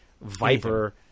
Viper